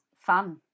fun